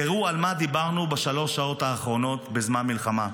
תראו על מה דיברנו בשלוש שעות האחרונות בזמן מלחמה,